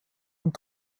und